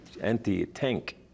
anti-tank